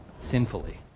sinfully